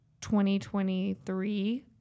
2023